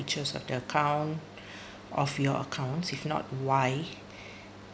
features of the account of your accounts if not why